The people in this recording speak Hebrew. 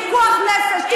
פיקוח נפש.